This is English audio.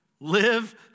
Live